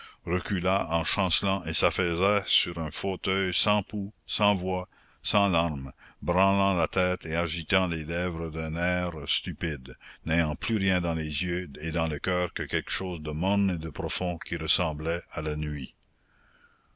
recula en chancelant et s'affaissa sur un fauteuil sans pouls sans voix sans larmes branlant la tête et agitant les lèvres d'un air stupide n'ayant plus rien dans les yeux et dans le coeur que quelque chose de morne et de profond qui ressemblait à la nuit